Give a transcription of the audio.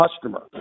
customer